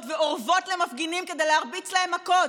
ואורבות למפגינים כדי להרביץ להם מכות,